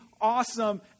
awesome